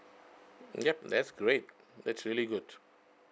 yup that's great that's really good